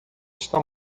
está